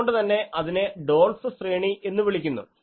അതുകൊണ്ടുതന്നെ ഇതിനെ ഡോൾഫ് ശ്രേണി എന്നു വിളിക്കുന്നു